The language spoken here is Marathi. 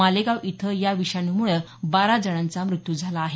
मालेगाव इथं या विषाणूमुळे बारा जणांचा मृत्यू झाला आहे